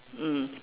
mm